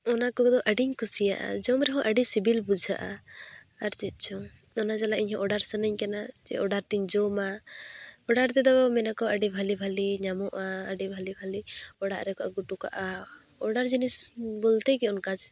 ᱚᱱᱟ ᱠᱚᱫᱚ ᱟ ᱰᱤᱧ ᱠᱩᱥᱤᱭᱟᱜᱼᱟ ᱡᱚᱢ ᱨᱮᱦᱚᱸ ᱟ ᱰᱤ ᱥᱤᱵᱤᱞ ᱵᱩᱡᱷᱟᱹᱜᱼᱟ ᱟᱨ ᱪᱮᱫᱪᱚᱝ ᱚᱱᱟ ᱡᱟᱞᱟ ᱤᱧᱦᱚᱸ ᱚᱰᱟᱨ ᱥᱟᱱᱟᱧ ᱠᱟᱱᱟ ᱡᱮ ᱚᱰᱟᱨᱛᱮᱧ ᱡᱚᱢᱟ ᱚᱰᱟᱨ ᱛᱮᱫᱚ ᱢᱮᱱᱟᱠᱚ ᱟ ᱰᱤ ᱵᱷᱟᱞᱮ ᱵᱷᱟᱞᱮ ᱧᱟᱢᱚᱜᱼᱟ ᱟᱰᱤ ᱵᱷᱟᱞᱮ ᱵᱷᱟᱞᱮ ᱚᱲᱟᱜ ᱨᱮᱠᱚ ᱟᱹᱜᱩ ᱚᱴᱚᱠᱟᱜᱼᱟ ᱚᱰᱟᱨ ᱡᱤᱱᱤᱥ ᱵᱚᱞᱛᱮ ᱜᱮ ᱚᱱᱠᱟ